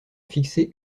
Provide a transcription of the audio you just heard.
fixer